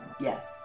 yes